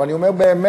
אבל אני אומר באמת,